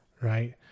Right